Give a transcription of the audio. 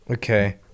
Okay